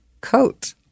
coat